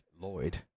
Lloyd